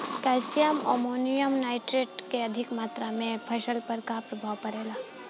Calcium ammonium nitrate के अधिक मात्रा से फसल पर का प्रभाव परेला?